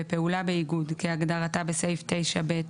בפעולה באיגוד כהגדרתה בסעיף 9(ב)